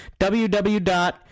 www